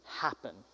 happen